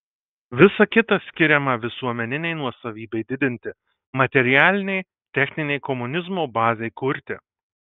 visa kita skiriama visuomeninei nuosavybei didinti materialinei techninei komunizmo bazei kurti